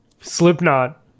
Slipknot